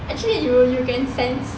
actually you you can sense